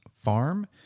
Farm